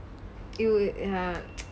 you ya